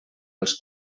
els